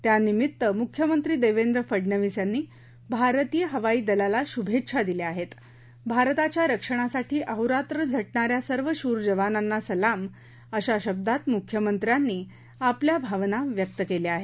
त्यानिमित्त मुख्यमंत्री देवेंद्र फडनवीस यांनी भारतीय हवाई दलाला शुभेच्छा दिल्या आहेत भारताच्या रक्षणासाठी अहोरात्र झटणाऱ्या सर्व शूर जवानांना सलाम अशा शब्दात एका ट्विटसंदेशातून मुख्यमंत्र्यांनी आपल्या भावना व्यक्त केल्या आहेत